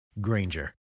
Granger